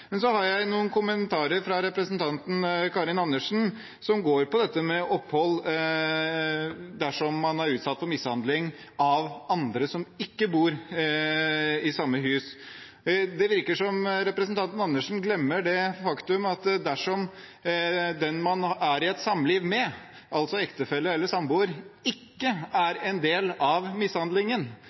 har noen kommentarer til representanten Karin Andersen om opphold dersom man er utsatt for mishandling av noen som ikke bor i samme hus. Det virker som om representanten Andersen glemmer det faktum at dersom den man er i et samliv med, altså ektefelle eller samboer, ikke er en del av mishandlingen